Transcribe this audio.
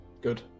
Good